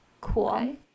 Cool